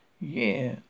Yeah